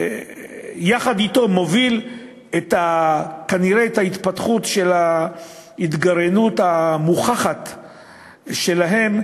שהוא בעצם יחד אתו מוביל כנראה את ההתפתחות של ההתגרענות המוכחת שלהם,